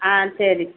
ஆ சரி